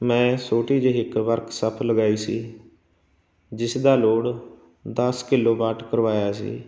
ਮੈਂ ਛੋਟੀ ਜਿਹੀ ਇੱਕ ਵਰਕਸਾਪ ਲਗਾਈ ਸੀ ਜਿਸ ਦਾ ਲੋਡ ਦਸ ਕਿਲੋਵਾਟ ਕਰਵਾਇਆ ਸੀ